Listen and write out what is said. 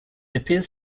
appears